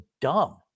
dumb